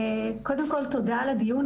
קודם כל, תודה על הדיון.